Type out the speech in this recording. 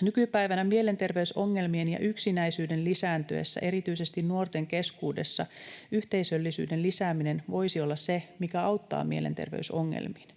Nykypäivänä mielenterveysongelmien ja yksinäisyyden lisääntyessä erityisesti nuorten keskuudessa yhteisöllisyyden lisääminen voisi olla se, mikä auttaa mielenterveysongelmiin.